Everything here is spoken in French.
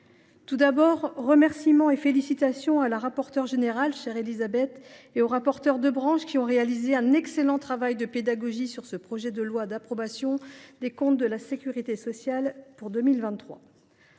adresser mes remerciements et mes félicitations à la rapporteure générale, chère Élisabeth, et aux rapporteurs de branche, qui ont réalisé un excellent travail de pédagogie sur ce projet de loi d’approbation des comptes de la sécurité sociale pour 2023.